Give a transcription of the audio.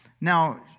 Now